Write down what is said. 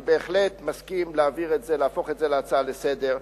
אני בהחלט מסכים להפוך את זה להצעה לסדר-היום,